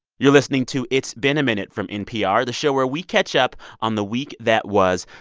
you're listening to it's been a minute from npr, the show where we catch up on the week that was.